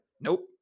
nope